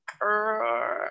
girl